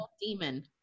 demon